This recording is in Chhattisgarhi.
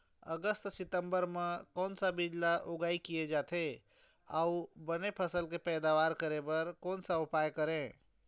अगस्त सितंबर म कोन सा बीज ला उगाई किया जाथे, अऊ बने फसल के पैदावर करें बर कोन सा उपाय करें?